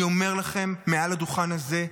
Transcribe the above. אני אומר לכם מעל הדוכן הזה: